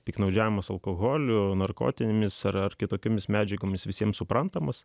piktnaudžiavimas alkoholiu narkotinėmis ar kitokiomis medžiagomis visiems suprantamas